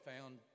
found